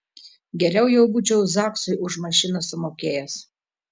geriau jau būčiau zaksui už mašiną sumokėjęs